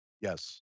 Yes